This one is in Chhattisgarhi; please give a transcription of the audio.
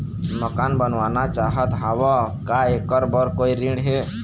मकान बनवाना चाहत हाव, का ऐकर बर कोई ऋण हे?